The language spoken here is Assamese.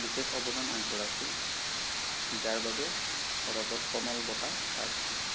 বিশেষ অৱদান আগবঢ়াইছিল যাৰ বাবে ৰজত কমল বঁটা পাইছিল